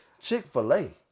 Chick-fil-A